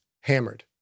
hammered